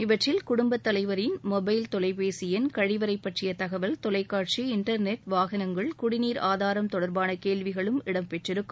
இவற்றில் குடும்பத் தலைவரின் மொபைல் தொலைபேசி எண் கழிவறை பற்றிய தகவல் தொலைக்காட்சி இன்டர்நெட் வாகனங்கள் குடிநீர் ஆதாரம் தொடர்பான கேள்விகளும் இடம் பெற்றிருக்கும்